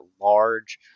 large